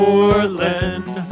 Portland